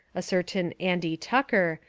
a certain andy tucker,